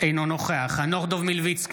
אינו נוכח חנוך דב מלביצקי,